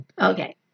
Okay